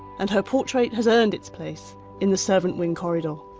and her portrait has earned its place in the servant wing corridor.